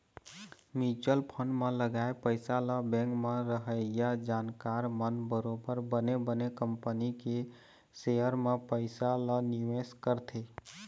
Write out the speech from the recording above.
mutual fund म लगाए पइसा ल बेंक म रहइया जानकार मन बरोबर बने बने कंपनी के सेयर म पइसा ल निवेश करथे